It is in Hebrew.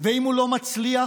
ואם הוא לא מצליח,